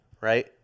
right